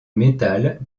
métal